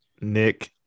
Nick